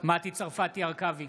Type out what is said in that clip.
מטי צרפתי הרכבי,